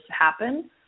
happen